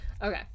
Okay